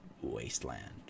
wasteland